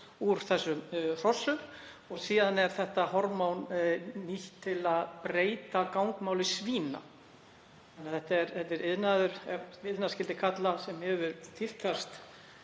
úr þessum hrossum og síðan er hormónið notað til að breyta gangmáli svína. Þetta er iðnaður, ef iðnað skyldi kalla, sem hefur tíðkast